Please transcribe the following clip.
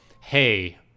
hey